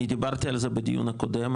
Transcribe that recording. אני דיברתי על זה בדיון הקודם,